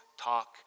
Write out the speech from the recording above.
talk